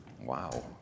Wow